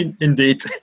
indeed